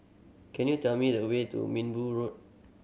can you tell me the way to Minbu Road